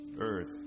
earth